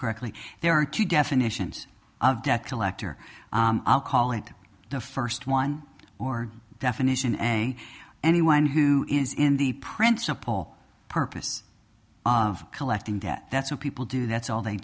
correctly there are two definitions of debt collector i'll call it the first one or definition anyone who is in the principal purpose of collecting that that's what people do that's all they